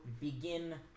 begin